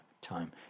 time